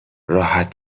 راحت